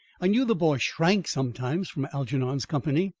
i knew the boy shrank sometimes from algernon's company,